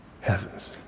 heavens